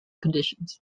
conditions